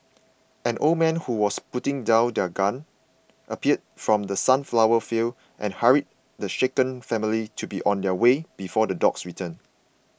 an old man who was putting down his gun appeared from the sunflower fields and hurried the shaken family to be on their way before the dogs return